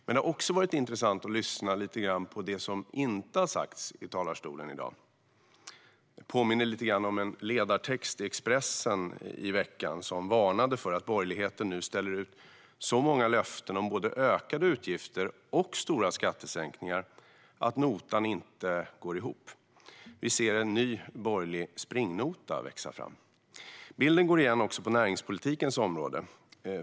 Men det har också varit intressant att lyssna lite grann efter vad som inte har sagts i talarstolen i dag. Det påminner lite om en ledartext i Expressen i veckan, som varnade för att borgerligheten nu ställer ut så många löften om både ökade utgifter och stora skattesänkningar att notan inte går ihop. Vi ser en ny borgerlig springnota växa fram. Bilden går igen också på näringspolitikens område.